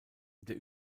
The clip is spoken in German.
der